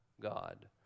god